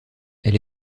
elle